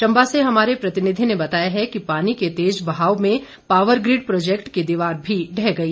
चंबा से हमारे प्रतिनिधि ने बताया है कि पानी के तेज बहाव में पावर ग्रिड प्रौजैक्ट की दीवार भी ढह गई